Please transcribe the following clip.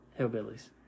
hillbillies